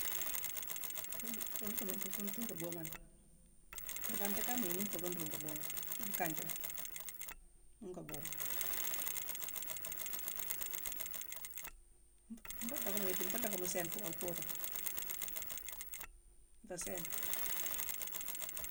Nruudutuma, nka nruudutuma ngo buumani. Ibantikama, ghune fuu ruuduma go buumé, dii nkanjima. Mune ngo buumé. Ngo docka mo gnooju dé, nfuu docka mo sééne-ngo-an-kuurma. Nféé sééne.